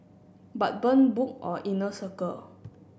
but burn book or inner circle